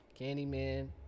Candyman